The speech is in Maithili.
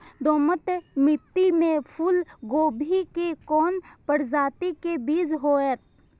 दोमट मिट्टी में फूल गोभी के कोन प्रजाति के बीज होयत?